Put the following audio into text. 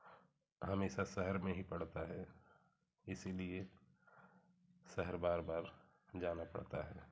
हमेशा शहर में ही पड़ता है इसीलिए शहर बार बार जाना पड़ता है